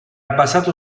basato